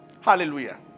Hallelujah